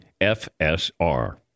FSR